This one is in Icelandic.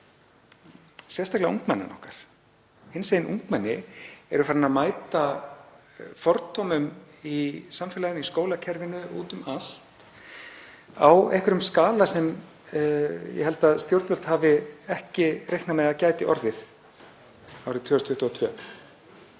sérstaklega ungmennana okkar. Hinsegin ungmenni eru farin að mæta fordómum í samfélaginu, í skólakerfinu og út um allt á einhverjum skala sem ég held að stjórnvöld hafi ekki reiknað með að gæti orðið árið 2022.